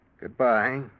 Goodbye